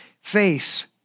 face